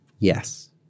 Yes